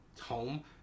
home